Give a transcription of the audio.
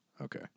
okay